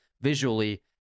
visually